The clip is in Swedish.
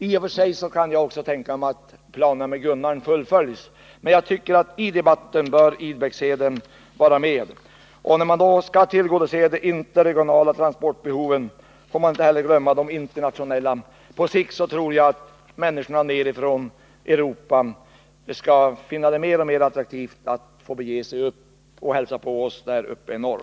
I och för sig kan jag också tänka mig att planerna med Gunnarn fullföljs, men jag tycker att Idbäcksheden bör vara med i debatten. När man då skall tillgodose de interregionala transportbehoven får man heller inte glömma de internationella. På sikt tror jag att människorna nere i Europa skall finna det mer och mer attraktivt att få bege sig upp och hälsa på oss i norr.